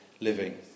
living